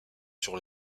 sur